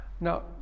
Now